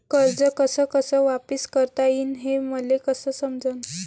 कर्ज कस कस वापिस करता येईन, हे मले कस समजनं?